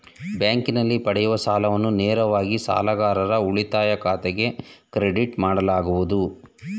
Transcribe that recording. ಬ್ಯಾಂಕಿನಲ್ಲಿ ಪಡೆಯುವ ಸಾಲವನ್ನು ನೇರವಾಗಿ ಸಾಲಗಾರರ ಉಳಿತಾಯ ಖಾತೆಗೆ ಕ್ರೆಡಿಟ್ ಮಾಡಲಾಗುವುದು